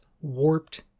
warped